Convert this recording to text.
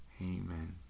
Amen